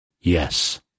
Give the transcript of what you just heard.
Yes